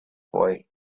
boy